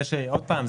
עוד פעם,